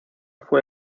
fue